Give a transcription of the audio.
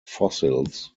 fossils